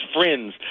friends